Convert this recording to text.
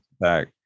back